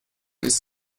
ist